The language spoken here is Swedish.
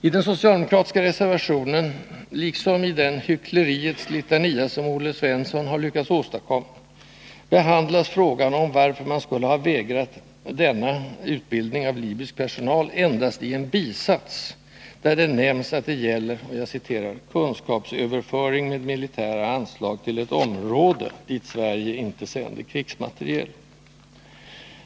I den socialdemokratiska reservationen — liksom i den hyckleriets litania som Olle Svensson har lyckats åstadkomma — behandlas frågan om varför man skulle ha vägrat denna utbildning av libysk personal endast i en bisats, där det nämns att det gäller ”kunskapsöverföring med militära inslag till ett område dit Sverige inte sänder krigsmateriel”.